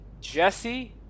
Jesse